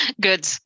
Good